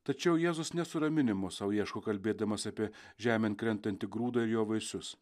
tačiau jėzus ne suraminimo sau ieško kalbėdamas apie žemėn krentantį grūdą ir jo vaisius